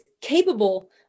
capable